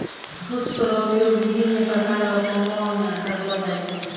पुष्प रो उपयोग विभिन्न प्रकार रो कामो मे करलो जाय छै